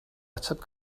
ateb